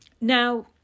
Now